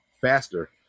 faster